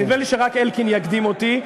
אז נדמה לי שרק אלקין יקדים אותי,